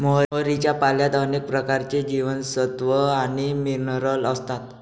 मोहरीच्या पाल्यात अनेक प्रकारचे जीवनसत्व आणि मिनरल असतात